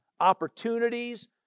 opportunities